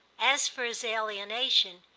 as for his alienation,